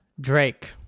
Drake